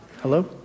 hello